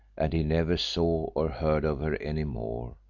and he never saw or heard of her any more,